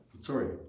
sorry